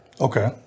Okay